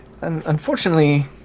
unfortunately